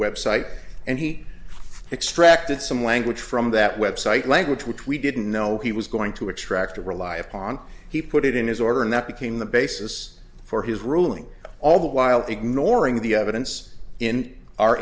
web site and he extracted some language from that website language which we didn't know he was going to extract to rely upon he put it in his order and that became the basis for his ruling all the while ignoring the evidence in our